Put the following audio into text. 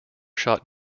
shot